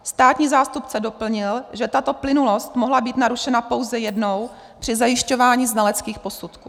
Státní zástupce doplnil, že tato plynulost mohla být narušena pouze jednou při zajišťování znaleckých posudků.